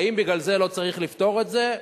האם בגלל זה לא צריך לפתור את זה?